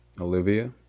olivia